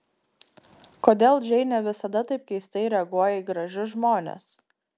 kodėl džeinė visada taip keistai reaguoja į gražius žmones